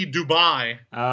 Dubai